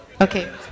okay